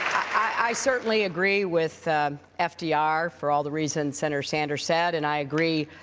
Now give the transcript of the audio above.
i certainly agree with fdr for all the reasons senator sanders said. and i agree